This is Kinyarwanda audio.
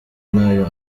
nayo